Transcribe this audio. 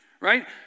right